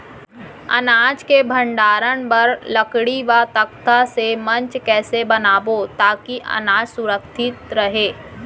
अनाज के भण्डारण बर लकड़ी व तख्ता से मंच कैसे बनाबो ताकि अनाज सुरक्षित रहे?